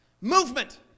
movement